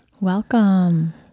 Welcome